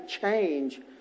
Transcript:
change